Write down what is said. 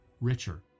richer